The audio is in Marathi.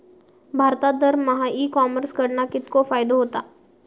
भारतात दरमहा ई कॉमर्स कडणा कितको फायदो होता?